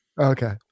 Okay